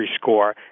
score